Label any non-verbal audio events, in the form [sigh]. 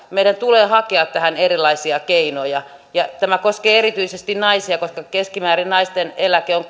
meidän tulee hakea tähän erilaisia keinoja ja tämä koskee erityisesti naisia koska naisten eläke on [unintelligible]